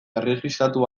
erregistratu